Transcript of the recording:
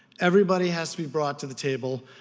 everybody has to be brought to the table.